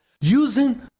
using